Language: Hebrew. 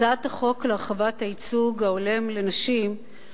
הצעת החוק להרחבת הייצוג ההולם לנשים (תיקוני חקיקה)